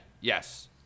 yes